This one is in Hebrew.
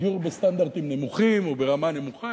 דיור בסטנדרטים נמוכים או ברמה נמוכה,